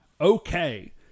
Okay